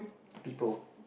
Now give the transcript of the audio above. people